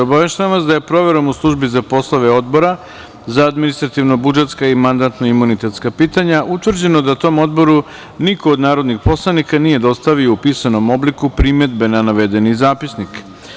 Obaveštavam vas da je proverom u službi za poslove Obora za administrativno-budžetska i mandatno-imunitetska pitanja utvrđeno da tom odboru niko od narodnih poslanika nije dostavio u pisanom obliku primedbe na navedeni zapisnik.